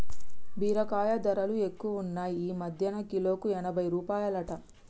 బీరకాయ ధరలు ఎక్కువున్నాయ్ ఈ మధ్యన కిలోకు ఎనభై రూపాయలట